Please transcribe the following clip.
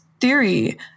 theory